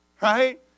right